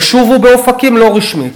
ו"שובו" באופקים לא רשמי.